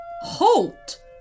Halt